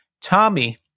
Tommy